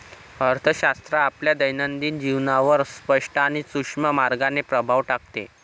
अर्थशास्त्र आपल्या दैनंदिन जीवनावर स्पष्ट आणि सूक्ष्म मार्गाने प्रभाव टाकते